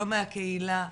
לא מהקהילה,